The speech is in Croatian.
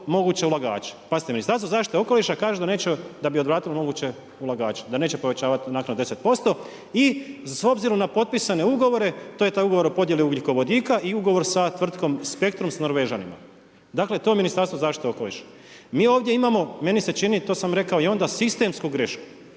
ugljikovodika i ugovor sa tvrtkom Spectrum sa Norvežanima. Dakle, to Ministarstvo zaštite okoliša. Mi ovdje imamo, meni se čini, to sam rekao i onda, sistemsku grešku